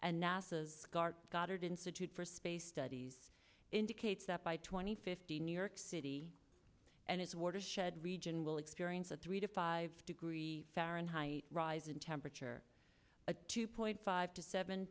nasa's goddard institute for space studies indicates that by twenty fifty new york city and its watershed region will experience a three to five degree fahrenheit rise in temperature of two point five to seven